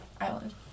island